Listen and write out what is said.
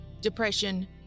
depression